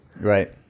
Right